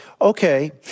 okay